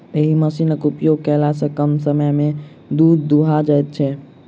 एहि मशीनक उपयोग कयला सॅ कम समय मे दूध दूहा जाइत छै